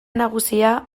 nagusia